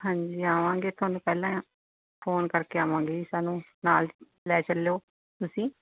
ਹਾਂਜੀ ਆਵਾਂਗੇ ਤੁਹਾਨੂੰ ਪਹਿਲਾਂ ਫੋਨ ਕਰਕੇ ਆਵਾਂਗੇ ਜੀ ਸਾਨੂੰ ਨਾਲ ਲੈ ਚੱਲਿਉ ਤੁਸੀਂ